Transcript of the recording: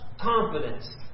confidence